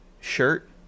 shirt